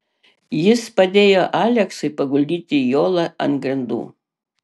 jis padėjo aleksiui paguldyti jolą ant grindų